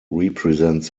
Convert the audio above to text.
represents